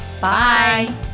Bye